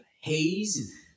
haze